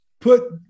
put